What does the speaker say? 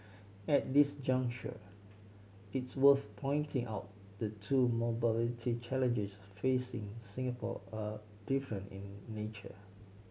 at this juncture it's worth pointing out the two mobility challenges facing Singapore are different in nature